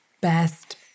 best